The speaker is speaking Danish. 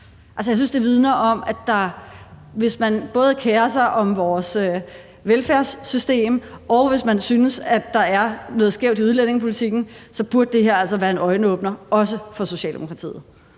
for socialt bedrageri. Altså, hvis man både kerer sig om vores velfærdssystem, og hvis man synes, at der er noget skævt i udlændingepolitikken, synes jeg altså, at det her burde være en øjenåbner, også for Socialdemokratiet.